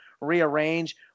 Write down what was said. rearrange